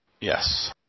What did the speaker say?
Yes